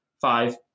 five